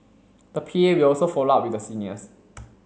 the P A will also follow up with the seniors